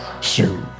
shoot